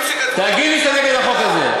תגיד שאתה נגד החוק הזה.